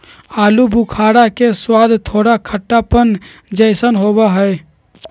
आलू बुखारा के स्वाद थोड़ा खट्टापन जयसन होबा हई